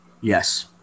Yes